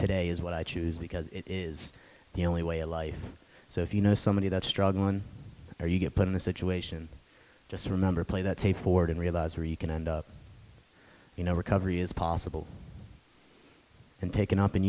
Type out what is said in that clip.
today is what i choose because it is the only way of life so if you know somebody that's struggling or you get put in a situation just remember play that tape board and realize where you can end up you know recovery is possible and taken up and